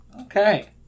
Okay